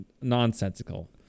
nonsensical